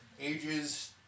ages